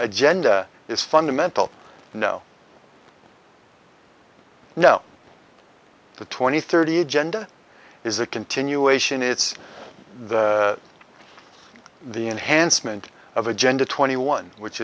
agenda is fundamental no no to twenty thirty agenda is a continuation it's the enhancement of agenda twenty one which